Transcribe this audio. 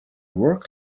work